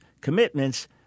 commitments